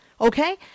Okay